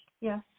Yes